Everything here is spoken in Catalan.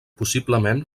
possiblement